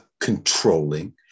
controlling